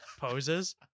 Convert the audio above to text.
poses